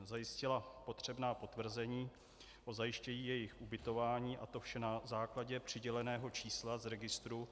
Zajistila potřebná potvrzení o zajištění jejich ubytování a to vše na základě přiděleného čísla z registru MPSV.